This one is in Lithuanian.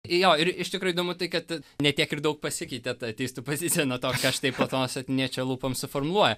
jo ir iš tikro įdomu tai kad t ne tiek ir daug pasikeitė ta teistu pozicija na to ką aš štai po to su atėnėčio lūpom suformuluoja